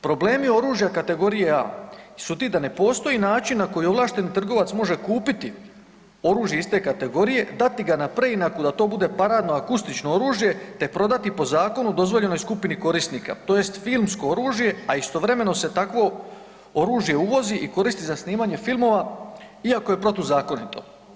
Problemi oružja kategorije A su ti da ne postoji način na koji ovlašteni trgovac može kupiti oružje iste kategorije, dati ga na preinaku da to bude paradno akustičko oružje, te prodati po zakonu dozvoljenoj skupini korisnika tj. filmsko oružje, a istovremeno se takvo oružje uvozi i koristi za snimanje filmova iako je protuzakonito.